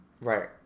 Right